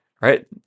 Right